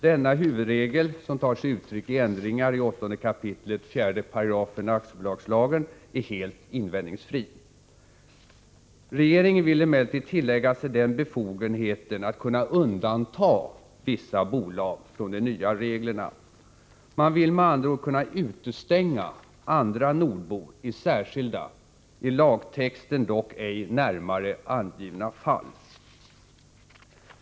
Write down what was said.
Denna huvudregel, som tar sig uttryck i ändringar i 8 kap. 4 § aktiebolagslagen, är helt invändningsfri. Regeringen vill emellertid tillägga sig den befogenheten att kunna undantaga vissa bolag från de nya reglerna. Man vill med andra ord kunna utestänga andra nordbor i särskilda, i lagtexten dock ej närmare angivna fall.